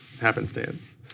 happenstance